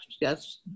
Yes